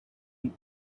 you